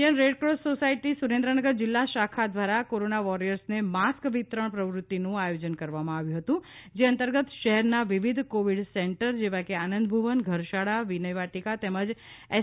છંડિયન red cross society Surendranagar જિલ્લા શાખા દ્વારા કોરોના વોરિયર્સને માસ્ક વિતરણ પ્રવૃત્તિનું આયોજન કરવામાં આવેલ હતું જે અંતર્ગત શહેરના વિવિધ કોવિડ સેન્ટર જેવાં કે આનંદ ભુવન ઘર શાળા વિનય વાટિકા તેમજ એસ